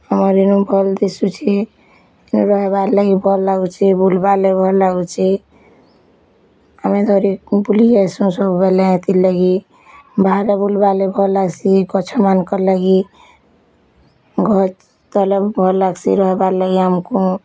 ଭଲ୍ ଦିଶୁଚି ରହିବାର ଲାଗି ଭଲ୍ ଲାଗୁଛି ବୁଲ୍ବାର୍ ଲାଗି ଭଲ୍ ଲାଗ୍ଛି ବୁଲିକି ଆସୁ ସବୁବେଲେ ସେଥିର୍ଲାଗି ବାହାରେ ବୁଲିବା ଭଲ୍ ଆସି ଏ ଗଛମାନଙ୍କର ଲାଗି ଘରରେ ରହିବାର୍ ଲାଗୁଚି ଆମକୁ